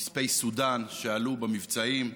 נספי סודן, שעלו במבצעים,